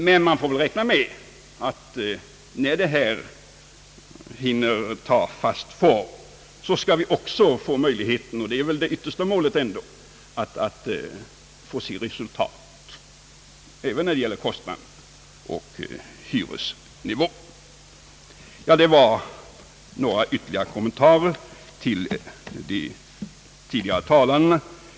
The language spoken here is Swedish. Men man får räkna med att vi, när detta hunnit ta fast form, också får möjlighet — och det är ändå det yttersta målet — att få se resultat även när det gäller kostnaderna. Detta var några kommentarer till de tidigare talarnas inlägg.